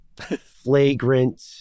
flagrant